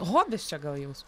hobis čia gal jums